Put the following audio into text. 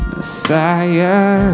Messiah